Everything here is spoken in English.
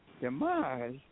Demise